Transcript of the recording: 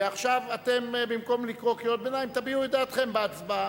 ועכשיו במקום לקרוא קריאות ביניים תביעו את דעתכם בהצבעה.